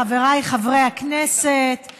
חבריי חברי הכנסת,